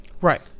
Right